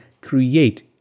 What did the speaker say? create